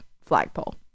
flagpole